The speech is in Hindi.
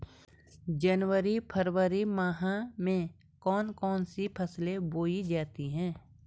जनवरी फरवरी माह में कौन कौन सी फसलें बोई जाती हैं?